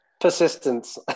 Persistence